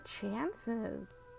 chances